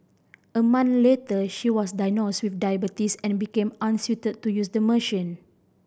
a month later she was diagnosed with diabetes and became unsuited to use the machine